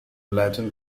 latin